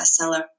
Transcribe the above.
bestseller